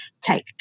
take